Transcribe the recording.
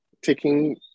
taking